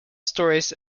stories